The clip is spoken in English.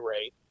rate